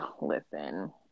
Listen